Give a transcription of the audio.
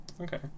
Okay